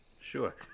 sure